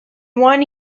one